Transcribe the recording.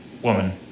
Woman